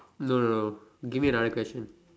no no no give me another question